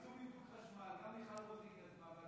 ניתוק חשמל גם מיכל רוזין יזמה,